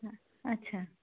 আচ্ছা